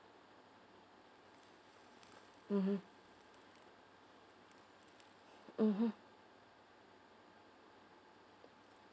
mmhmm mmhmm